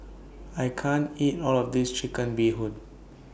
I can't eat All of This Chicken Bee Hoon